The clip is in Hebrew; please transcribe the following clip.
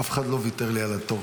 אף אחד לא ויתר לי על התור.